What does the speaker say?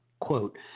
Quote